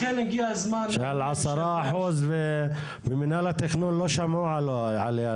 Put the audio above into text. על 10% ומינהל התכנון לא שמעו עליה,